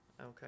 Okay